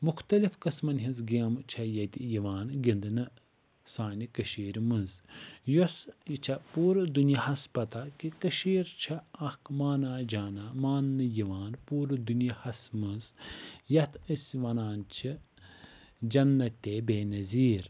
مختلف قٕسمَن ہنٛز گیمہِ چھِ ییٚتہِ یِوان گِنٛدنہٕ سانہِ کٔشیٖرِ مَنٛز یۄس یہِ چھِ پوٗرٕ دُنیاہَس پَتہ کہِ کٔشیٖر چھِ اَکھ مانا جانا ماننہٕ یِوان پوٗرٕ دُنیاہَس مَنٛز یتھ أسۍ ونان چھِ جَنتِ بے نظیٖر